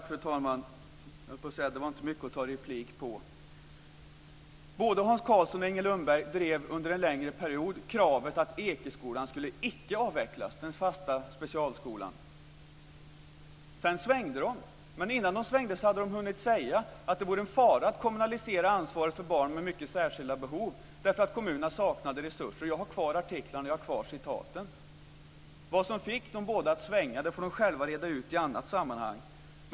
Fru talman! Det var inte mycket att ta replik på, höll jag på att säga. Både Hans Karlsson och Inger Lundberg drev under en längre period kravet att Ekeskolan, den fasta specialskolan, icke skulle avvecklas. Sedan svängde de. Men innan de svängde hade de hunnit säga att det vore en fara att kommunalisera ansvaret för barn med mycket särskilda behov därför att kommunerna saknade resurser. Jag har kvar artiklarna och citaten. Vad som fick de båda att svänga får de själva reda ut i annat sammanhang.